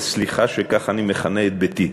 וסליחה שכך אני מכנה את ביתי,